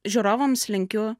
žiūrovams linkiu